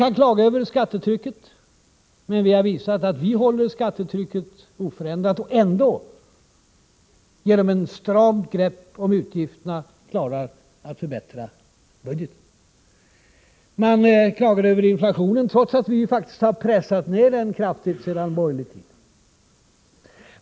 Man klagar över skattetrycket, men vi har visat att vi håller skattetrycket oförändrat och ändå, genom ett stramt grepp om utgifterna, klarar att förbättra budgeten. Man klagar över inflationen, trots att vi faktiskt har pressat ned den kraftigt sedan borgerlig tid.